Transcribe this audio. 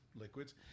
liquids